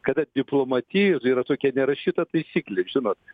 kada diplomatijos yra tokia nerašyta taisyklė žinot